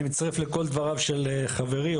אני מצטרך לכל דבריו של חברי,